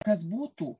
kas būtų